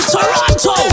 Toronto